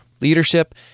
leadership